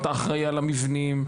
אתה אחראי על המבנים,